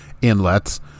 Inlets